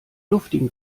luftigen